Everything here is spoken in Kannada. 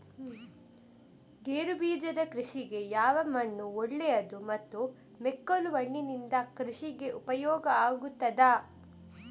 ಗೇರುಬೀಜದ ಕೃಷಿಗೆ ಯಾವ ಮಣ್ಣು ಒಳ್ಳೆಯದು ಮತ್ತು ಮೆಕ್ಕಲು ಮಣ್ಣಿನಿಂದ ಕೃಷಿಗೆ ಉಪಯೋಗ ಆಗುತ್ತದಾ?